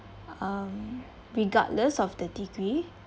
um regardless of the degree